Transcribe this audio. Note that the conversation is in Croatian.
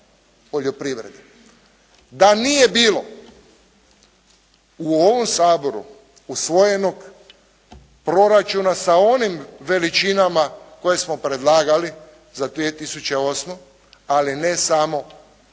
Da nije bilo u ovom Saboru usvojenog proračuna sa onim veličinama koje smo predlagali za 2008., ali ne samo